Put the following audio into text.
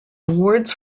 awards